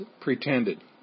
pretended